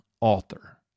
author